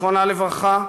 זיכרונה לברכה,